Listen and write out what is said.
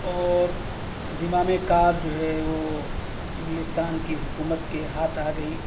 اور زَمامِ کار جو ہے وہ انگلستان کی حکومت کے ہاتھ آ گئی